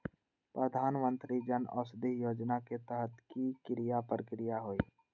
प्रधानमंत्री जन औषधि योजना के तहत की की प्रक्रिया होई?